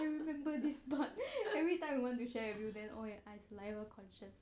I remember this part everytime we want to share with you then I saliva conscious